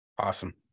Awesome